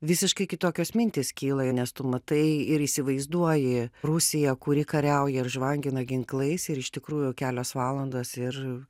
visiškai kitokios mintys kyla nes tu matai ir įsivaizduoji rusiją kuri kariauja ir žvangina ginklais ir iš tikrųjų kelios valandos ir